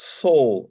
soul